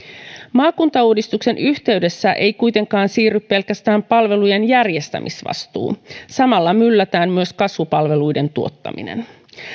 maakuntauudistuksen yhteydessä ei kuitenkaan siirry pelkästään palvelujen järjestämisvastuu samalla myllätään myös kasvupalveluiden tuottaminen